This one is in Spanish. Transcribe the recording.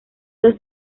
dos